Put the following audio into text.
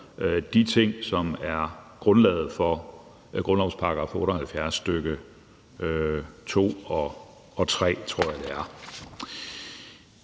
de ting, som er grundlaget for grundlovens § 78, stk. 2 og 3, tror jeg det er.